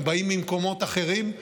הם באים ממקומות אחרים.